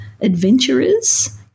adventurers